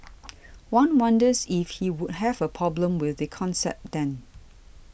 one wonders if he would have a problem with the concept then